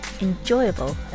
enjoyable